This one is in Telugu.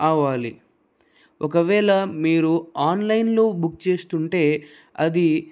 అవ్వాలి ఒకవేళ మీరు ఆన్లైన్లో బుక్ చేస్తుంటే అది